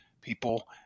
people